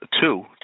two